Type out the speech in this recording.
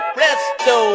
Presto